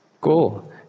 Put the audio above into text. Cool